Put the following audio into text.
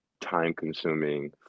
time-consuming